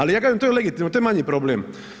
Ali ja kažem to je legitimno, to je manji problem.